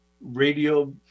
radio